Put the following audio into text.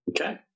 Okay